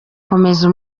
komeza